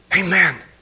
Amen